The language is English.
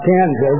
Kansas